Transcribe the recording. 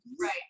Right